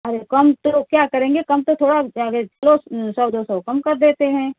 कम तो क्या करेंगे कम तो थोड़ा सौ दो सौ काम कर देते हैं